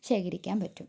ശേഖരിക്കാന് പറ്റും